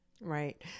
Right